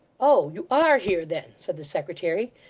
oh! you are here then said the secretary.